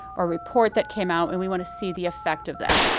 a report that came out and we want to see the effect of that.